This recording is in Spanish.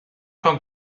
con